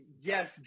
yes